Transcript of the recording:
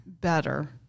Better